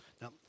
Now